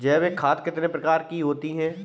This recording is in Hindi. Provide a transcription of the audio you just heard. जैविक खाद कितने प्रकार की होती हैं?